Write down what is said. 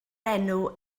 enw